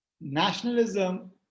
nationalism